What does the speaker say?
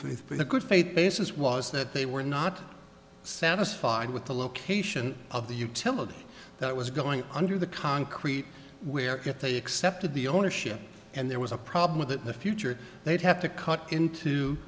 for the good faith basis was that they were not satisfied with the location of the utility that was going under the concrete where if they accepted the ownership and there was a problem with it the future they'd have to cut into